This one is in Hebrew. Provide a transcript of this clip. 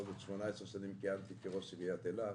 כיהנתי במשך 18 שנים כראש עיריית אילת.